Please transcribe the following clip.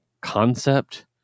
concept